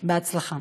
בהצלחה.